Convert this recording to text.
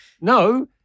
No